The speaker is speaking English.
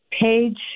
page